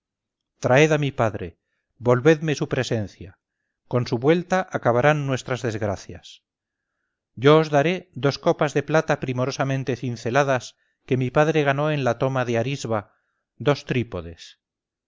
traed a mi padre volvedme su presencia con su vuelta acabarán nuestras desgracias yo os daré dos copas de plata primorosamente cinceladas que mi padre ganó en la toma de arisba dos trípodes